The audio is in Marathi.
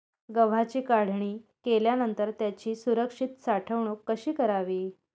गव्हाची काढणी केल्यानंतर त्याची सुरक्षित साठवणूक कशी करावी?